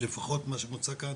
לפחות אלה שהוצגו כאן,